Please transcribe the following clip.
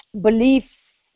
belief